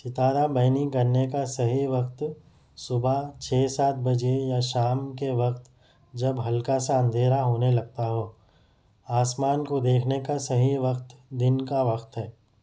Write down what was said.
ستارہ بینی کرنے کا صحیح وقت صبح چھ سات بجے یا شام کے وقت جب ہلکا سا اندھیرا ہونے لگتا ہو آسمان کو دیکھنے کا صحیح وقت دن کا وقت ہے